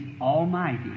almighty